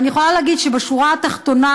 ואני יכולה להגיד שבשורה התחתונה,